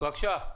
קצף, בבקשה.